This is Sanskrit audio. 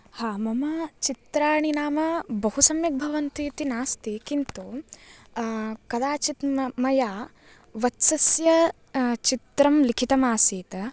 आम् मम चित्राणि नाम बहु सम्यक् भवन्तीति नास्ति किन्तु कदाचित् मया वत्सस्य चित्रं लिखितमासीत्